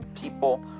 people